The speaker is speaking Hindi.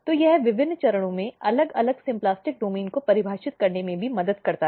तो यह विभिन्न चरणों में अलग अलग सिम्प्लास्टिक डोमेन को परिभाषित करने में भी मदद करता है